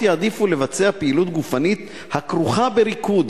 יעדיפו לבצע פעילות גופנית הכרוכה בריקוד,